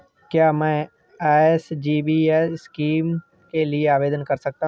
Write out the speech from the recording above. क्या मैं SGB scheme के लिए आवेदन कर सकता हूँ?